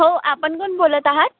हो आपण कोण बोलत आहात